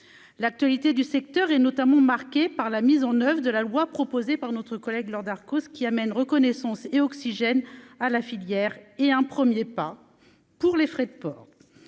l'actualité du secteur est notamment marquée par la mise en oeuvre de la loi proposée par notre collègue Laure Darcos, ce qui amène reconnaissance et oxygène à la filière est un 1er pas pour les frais de port